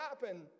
happen